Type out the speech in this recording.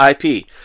IP